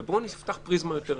ובואו נפתח פריזמה יותר רחבה,